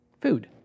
food